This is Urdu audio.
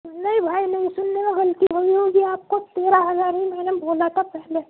نہیں بھائی نہیں سننے میں غلطی ہوئی ہوگی آپ کو تیرہ ہزار ہی میں نے بولا تھا پہلے